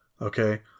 okay